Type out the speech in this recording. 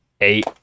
eight